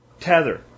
Tether